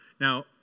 Now